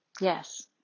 yes